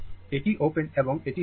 এটি ওপেন এবং এটি বন্ধ